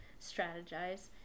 strategize